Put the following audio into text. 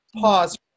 pause